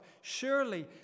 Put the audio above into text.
Surely